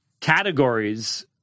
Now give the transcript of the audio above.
categories